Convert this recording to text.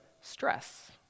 stress